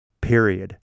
Period